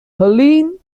helene